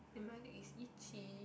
and my leg is itchy